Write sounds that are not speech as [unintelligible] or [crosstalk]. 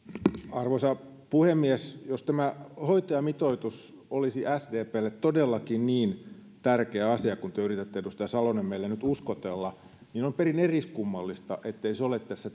arvoisa puhemies jos tämä hoitajamitoitus olisi sdplle todellakin niin tärkeä asia kuin te yritätte edustaja salonen meille nyt uskotella niin on perin eriskummallista ettei se ole tässä [unintelligible]